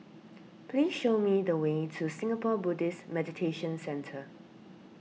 please show me the way to Singapore Buddhist Meditation Centre